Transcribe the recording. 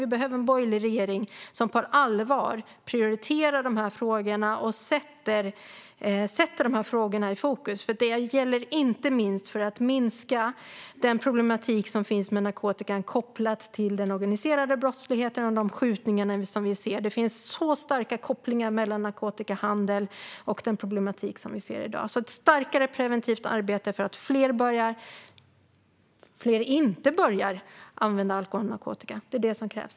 Vi behöver en borgerlig regering som på allvar prioriterar dessa frågor och sätter dem i fokus, inte minst för att minska problematiken med narkotika kopplat till den organiserade brottslighet och de skjutningar som vi ser. Det finns starka kopplingar mellan narkotikahandel och den problematik vi ser i dag. Vi vill se ett starkare preventivt arbete för att förhindra att fler börjar använda alkohol och narkotika. Det är det som krävs.